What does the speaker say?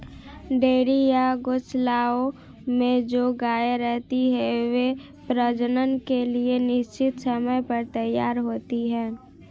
dairy या गोशालाओं में जो गायें रहती हैं, वे प्रजनन के लिए निश्चित समय पर तैयार होती हैं